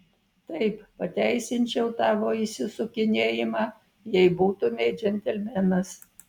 taip pateisinčiau tavo išsisukinėjimą jei būtumei džentelmenas